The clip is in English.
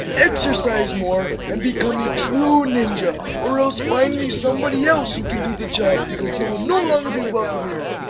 exercise more, and become a true ninja, or else find me somebody else who can do the job, because you will no longer be welcome here.